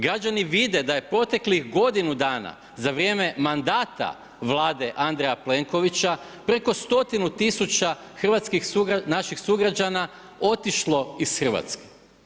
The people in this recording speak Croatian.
Građani vide da je proteklih godinu dana za vrijeme mandata Vlade Andreja Plenkovića preko stotinu tisuća naših sugrađana otišlo iz Hrvatske.